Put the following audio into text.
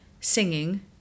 singing